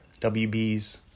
WBs